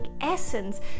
essence